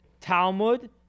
Talmud